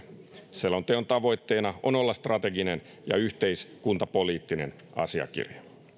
selonteon tavoitteena on olla strateginen ja yhteiskuntapoliittinen asiakirja